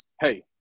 hey